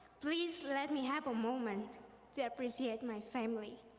please let me have a moment to appreciate my family.